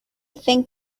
think